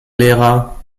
lehrer